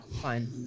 fine